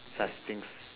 such things